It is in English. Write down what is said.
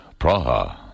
Praha